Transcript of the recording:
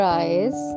eyes